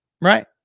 Right